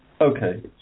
Okay